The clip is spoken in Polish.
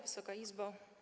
Wysoka Izbo!